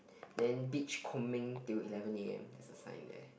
then beach combing till eleven A_M there's a sign there